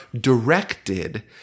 directed